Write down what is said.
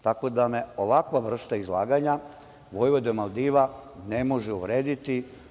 Tako da me ovakva vrsta izlaganja vojvode od Maldiva ne može uvrediti.